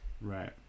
Right